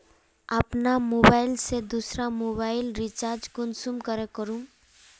अपना मोबाईल से दुसरा मोबाईल रिचार्ज कुंसम करे करूम?